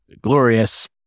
glorious